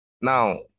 Now